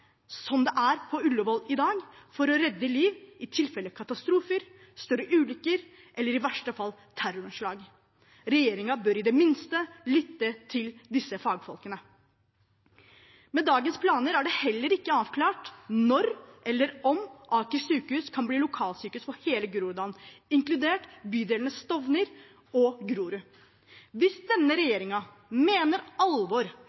det er på Ullevål i dag, for å redde liv i tilfelle katastrofer, større ulykker eller i verste fall terroranslag. Regjeringen bør i det minste lytte til disse fagfolkene. Med dagens planer er det heller ikke avklart når eller om Aker sykehus kan bli lokalsykehus for hele Groruddalen, inkludert bydelene Stovner og Grorud. Hvis denne regjeringen mener alvor